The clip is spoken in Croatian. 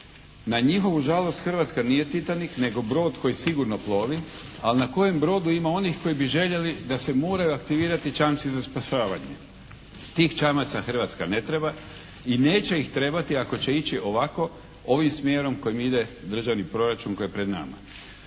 Na njihovu žalost Hrvatska nije Titanik nego brod koji sigurno plovi, ali na kojem brodu ima onih koji bi željeli da se moraju aktivirati čamci za spašavanje. Tih čamaca Hrvatska ne treba i neće ih trebati ako će ići ovako ovim smjerom kojim ide državni proračun koji je pred nama.